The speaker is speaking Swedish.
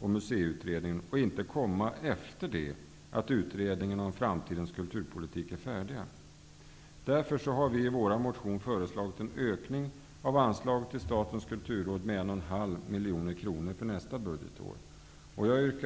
och Museieutredningarna och inte komma efter det att utredningarna om framtidens kulturpolitik är färdiga. Därför har vi i vår motion föreslagit en ökning av anslaget till Statens kulturråd med 1,5 miljoner kronor för nästa budgetår. Herr talman!